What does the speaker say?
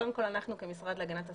קודם כל, אנחנו כמשרד להגנת הסביבה,